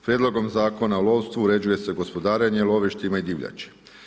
Prijedlogom Zakona o lovstvu, uređuju se gospodarenje lovišta i divljači.